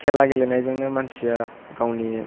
खेला गेलेनायजोंनो मानसिया गावनि